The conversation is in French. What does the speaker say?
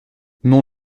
non